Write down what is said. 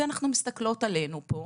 ואנחנו מסתכלות עלינו פה,